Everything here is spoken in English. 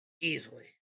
Easily